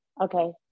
okay